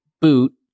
boot